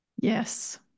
Yes